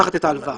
מה המינימום?